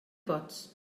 pots